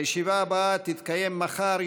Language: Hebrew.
הישיבה הבאה תתקיים מחר,